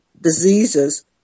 diseases